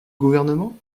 gouvernement